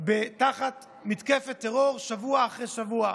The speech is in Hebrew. תחת מתקפת טרור שבוע אחרי שבוע.